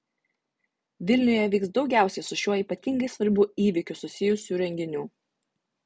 vilniuje vyks daugiausiai su šiuo ypatingai svarbiu įvykiu susijusių renginių